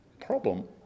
Problem